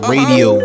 Radio